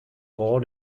born